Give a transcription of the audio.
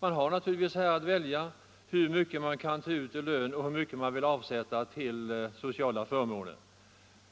Man har naturligtvis att välja hur mycket man vill ta ut i lön och hur mycket man vill avsätta till sociala förmåner.